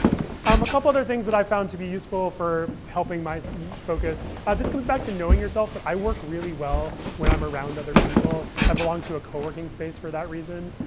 um a couple other things that i found to be useful for helping my focus this comes back to knowing yourself. but i work really well when i'm around other people. i belong to a coworking space for that reason.